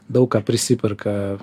daug ką prisiperka